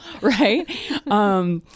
right